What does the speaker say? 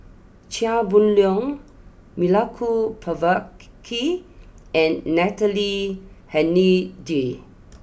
Chia Boon Leong Milenko Prvacki and Natalie Hennedige